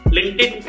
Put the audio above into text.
LinkedIn